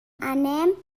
anem